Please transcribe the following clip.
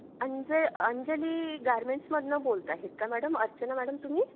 अंज अंजली गारमेंट्समधनं बोलत आहेत का मॅडम अर्चना मॅडम तुम्ही